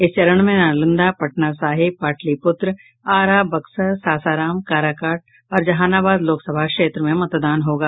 इस चरण में नालंदा पटना साहिब पाटलिप्त्र आरा बक्सर सासाराम काराकाट और जहानाबाद लोकसभा क्षेत्र में मतदान होगा